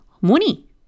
Money